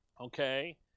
okay